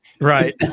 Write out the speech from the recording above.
Right